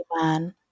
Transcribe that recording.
man